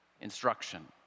instruction